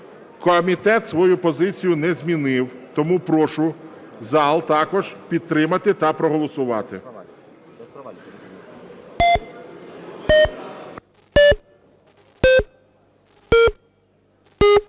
Комітет свою позицію не змінив, тому прошу зал також підтримати та проголосувати.